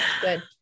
Good